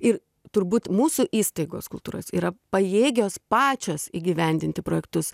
ir turbūt mūsų įstaigos kultūros yra pajėgios pačios įgyvendinti projektus